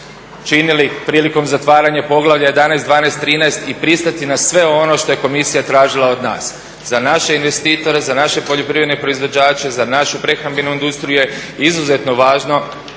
činili prilikom zatvaranja Poglavlja XI., XII., XIII. i pristati na sve ono što je Komisija tražila od nas, za naše poljoprivredne proizvođače, za našu prehrambenu industriju je izuzetno važno